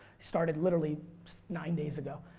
started literally nine days ago.